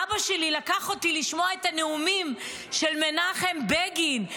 שאבא שלי לקח אותי לשמוע נאומים של מנחם בגין,